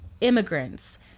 immigrants